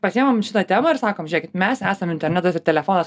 pasiimam šitą temą ir sakom žiūrėkit mes esam internetas ir telefonas